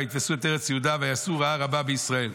ויתפסו ארץ יהודה ויעשו רעה רבה בישראל.